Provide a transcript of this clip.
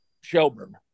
Shelburne